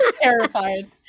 terrified